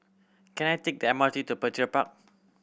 can I take the M R T to Petir Park